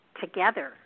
together